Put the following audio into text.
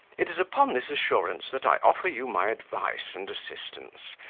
it is upon this assurance that i offer you my advice and assistance,